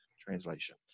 Translation